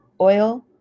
oil